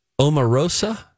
Omarosa